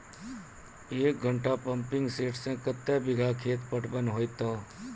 एक घंटा pumping set क्या बीघा खेत पटवन है तो?